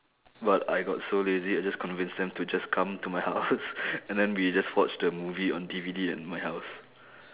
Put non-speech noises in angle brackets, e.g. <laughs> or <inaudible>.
but I got so lazy I just convince them to just come to my house <laughs> and then we just watch the movie on D_V_D at my house